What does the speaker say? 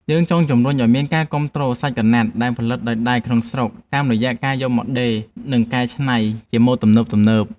យើងចង់ជម្រុញឱ្យមានការគាំទ្រសាច់ក្រណាត់ដែលផលិតដោយដៃក្នុងស្រុក តាមរយៈការយកមកដេរ និងការកែច្នៃជាម៉ូដទំនើបៗ។